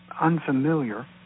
unfamiliar